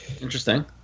Interesting